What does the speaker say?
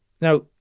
now